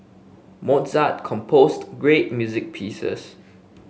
Mozart composed great music pieces